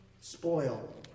Spoil